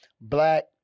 Black